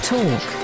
Talk